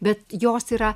bet jos yra